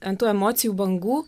ant tų emocijų bangų